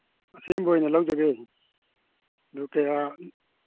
ꯑꯁꯦꯝꯕ ꯑꯣꯏꯅ ꯂꯧꯖꯒꯦ ꯑꯗꯨ ꯀꯌꯥ